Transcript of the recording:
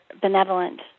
benevolent